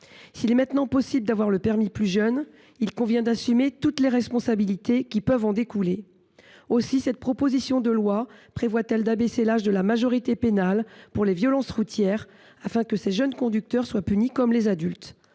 S’il est maintenant possible d’obtenir le permis de conduire plus jeune, il convient d’assumer toutes les responsabilités qui peuvent en découler. Aussi convient il, dans cette proposition de loi, d’abaisser l’âge de la majorité pénale pour les violences routières, afin que ces jeunes conducteurs soient punis comme les adultes.